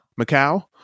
Macau